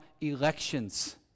elections